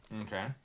Okay